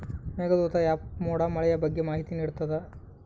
Meghdoot app ಮೋಡ ಮಳೆಯ ಬಗ್ಗೆ ಮಾಹಿತಿ ನಿಡ್ತಾತ